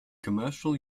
commercial